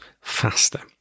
faster